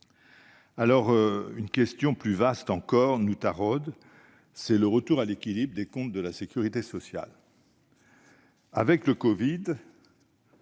Une question plus vaste encore nous taraude : celle du retour à l'équilibre des comptes de la sécurité sociale. Avec le covid